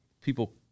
people